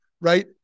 right